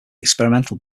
experimental